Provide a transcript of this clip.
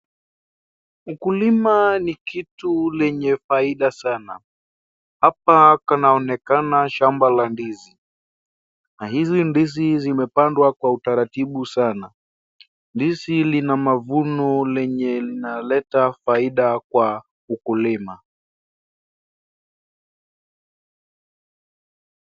Ukulima ni kitu lenye faida sana, hapa kunaonekana shamba la ndizi. Na hizi ndizi zimepandwa kwa utaratibu sana. Ndizi lina mavuno lenye linaleta faida kwa ukulima.